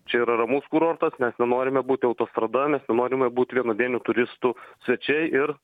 čia yra ramus kurortas mes nenorime būti autostrada mes nenorime būti vienadienių turistų svečiai ir